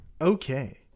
Okay